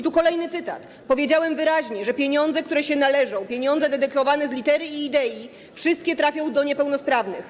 Tu kolejny cytat: Powiedziałem wyraźnie, że pieniądze, które się należą, pieniądze dedykowane z litery i idei, wszystkie trafią do niepełnosprawnych.